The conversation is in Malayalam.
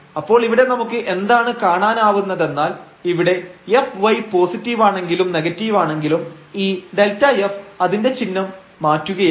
അപ്പോൾ ഇവിടെ നമുക്ക് എന്താണ് കാണാനാവുന്നതെന്നാൽ ഇവിടെ fy പോസിറ്റീവാണെങ്കിലും നെഗറ്റീവാണെങ്കിലും ഈ Δf അതിന്റെ ചിഹ്നം മാറ്റുകയാണ്